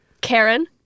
Karen